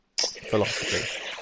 philosophy